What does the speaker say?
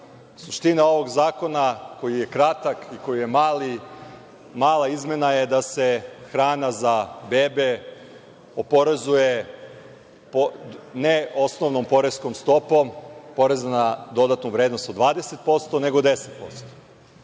Suština ovog zakona, koji je kratak, koji je mali, mala izmena je da se hrana za bebe oporezuje ne osnovnom poreskom stopom poreza na dodatu vrednost od 20%, nego